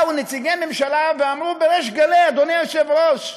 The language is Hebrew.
באו נציגי ממשלה ואמרו בריש גלי, אדוני היושב-ראש: